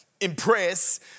impress